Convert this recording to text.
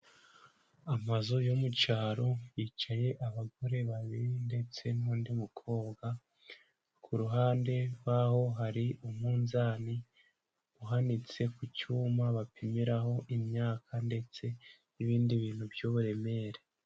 Amazu yo mu cyaro hicaye abagore babiri ndetse n'undi mukobwa, ku ruhande rwaho hari umunzani uhanitse ku cyuma bapimiraho imyaka ndetse n'ibindi bintu by'uburemere.